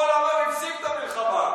למה הוא הפסיק את המלחמה?